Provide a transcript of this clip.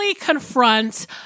confront